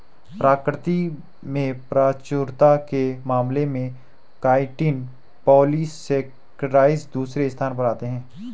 प्रकृति में प्रचुरता के मामले में काइटिन पॉलीसेकेराइड दूसरे स्थान पर आता है